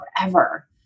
forever